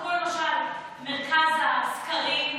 כמו מרכז הסקרים,